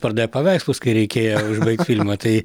pardavė paveikslus kai reikėjo užbaigt filmą tai